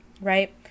right